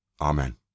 Amen